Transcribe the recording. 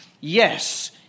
Yes